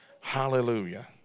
Hallelujah